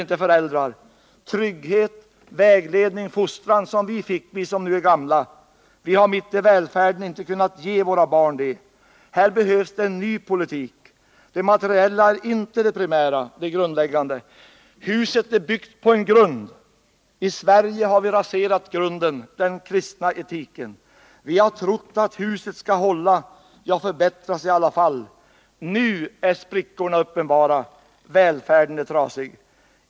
Vi som nu är gamla och fick trygghet, vägledning och fostran har mitt i välfärden inte kunnat ge våra barn detta. Här behövs en ny politik. Det materiella är inte det grundläggande. Huset är byggt på en grund. I Sverige har vi raserat grunden — den kristna etiken. Vi har trott att huset i alla fall skall hålla, ja, t.o.m. förbättras. Nu är sprickorna uppenbara — välfärden är trasig.